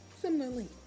Similarly